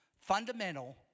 fundamental